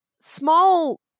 small